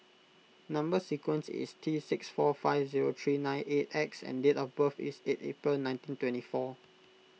Number Sequence is T six four five zero three nine eight X and date of birth is eight April nineteen twenty four